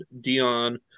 Dion